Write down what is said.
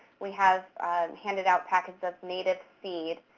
we have handed out packets of native seed.